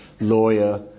lawyer